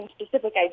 specific